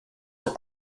were